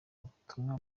ubutumwa